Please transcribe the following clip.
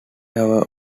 hour